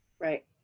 right